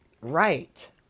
right